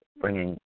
bringing